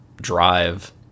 drive